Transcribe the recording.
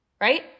right